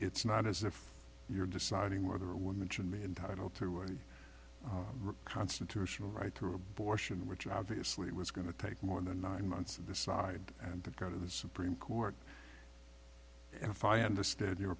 it's not as if you're deciding whether a woman should be entitled to a constitutional right to abortion which obviously was going to take more than nine months of the side and to go to the supreme court if i understand your